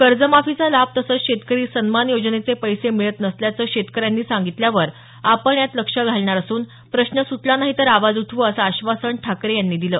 कर्ज माफीचा लाभ तसंच शेतकरी सन्मान योजनेचे पैसे मिळत नसल्याचं शेतकऱ्यांनी सांगितल्यावर आपण यात लक्ष घालणार असून प्रश्न सुटला नाही तर आवाज उठवू असं आश्वासन ठाकरे यांनी दिलं